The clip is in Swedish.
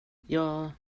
jag